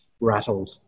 rattled